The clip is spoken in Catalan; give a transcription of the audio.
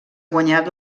guanyat